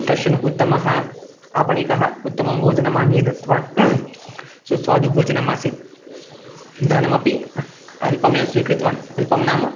कश्चन उत्तमः आपणिकः उत्तमं भोजनम् आनीय दत्तवान् सुस्वादुभोजनम् आसीत् धनमपि अल्पमेव स्वीकृतवान् अल्पं नाम